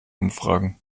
umfragen